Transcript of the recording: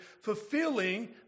fulfilling